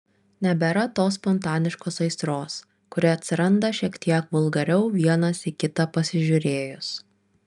nebėra tos spontaniškos aistros kuri atsiranda šiek tiek vulgariau vienas į kitą pasižiūrėjus